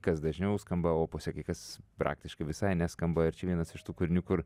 kas dažniau skamba opuse kai kas praktiškai visai neskamba ir čia vienas iš tų kūrinių kur